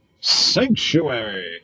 Sanctuary